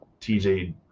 TJ